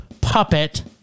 puppet